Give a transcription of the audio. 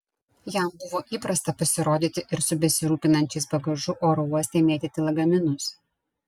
jam buvo įprasta pasirodyti ir su besirūpinančiais bagažu oro uoste mėtyti lagaminus